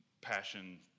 passion